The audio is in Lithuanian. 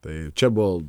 tai čia buvo